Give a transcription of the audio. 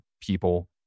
people